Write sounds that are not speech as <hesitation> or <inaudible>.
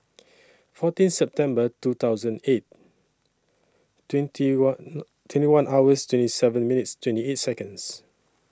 fourteen September two thousand eight twenty one <hesitation> twenty one hours twenty seven minutes twenty eight Seconds